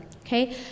okay